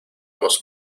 nos